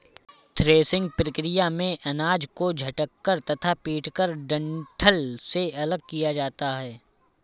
threshing प्रक्रिया में अनाज को झटक कर तथा पीटकर डंठल से अलग किया जाता है